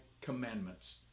commandments